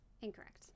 Incorrect